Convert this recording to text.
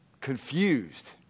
confused